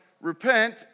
repent